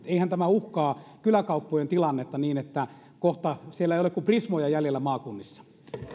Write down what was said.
eihän tämä uhkaa kyläkauppojen tilannetta niin että kohta siellä ei ole kuin prismoja jäljellä maakunnissa